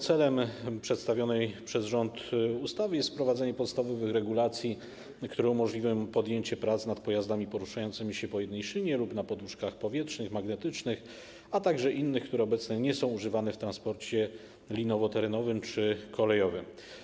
Celem przedstawionej przez rząd ustawy jest wprowadzenie podstawowych regulacji, które umożliwią podjęcie prac nad pojazdami poruszającymi się po jednej szynie lub na poduszkach powietrznych lub magnetycznych, innymi niż obecnie używane w transporcie linowo-terenowym czy kolejowym.